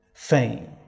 Fame